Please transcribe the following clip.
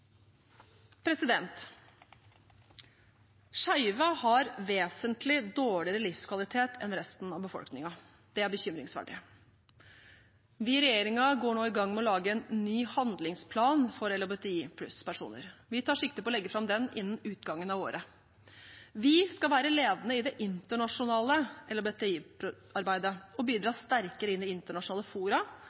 har vesentlig dårligere livskvalitet enn resten av befolkningen. Det er bekymringsverdig. Vi i regjeringen går nå i gang med å lage en ny handlingsplan for LHBTi+- personer. Vi tar sikte på å legge fram den innen utgangen av året. Vi skal være ledende i det internasjonale LHBTi-arbeidet og bidra sterkere inn i internasjonale fora